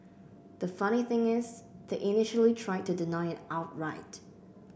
the funny thing is they initially tried to deny it outright